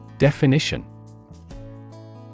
Definition